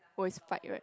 always fight right